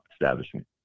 establishment